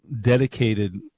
dedicated –